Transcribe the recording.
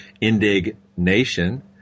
Indignation